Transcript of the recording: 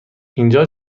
اینجا